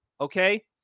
Okay